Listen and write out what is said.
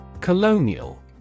Colonial